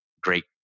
great